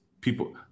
people